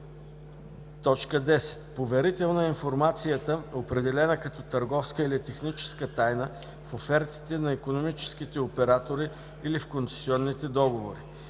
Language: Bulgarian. (CPV). 10. „Поверителна“ е информацията, определена като търговска или техническа тайна в офертите на икономическите оператори или в концесионните договори.